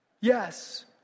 Yes